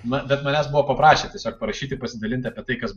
na bet manęs buvo paprašę tiesiog parašyti pasidalinti apie tai kas